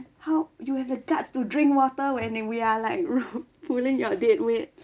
how you have the guts to drink water when we are like ro~ pulling your dead weight